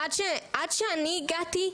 עד שאני הגעתי,